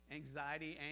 anxiety